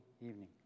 evening